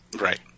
Right